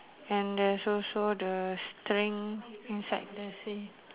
and there's also the string inside the sea